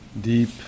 deep